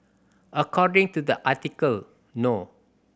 according to the article no